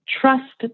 trust